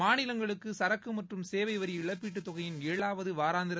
மாநிலங்களுக்கு சரக்கு மற்றும் சேவை வரி இழப்பீட்டு தொகையின் ஏழாவது வாராந்திர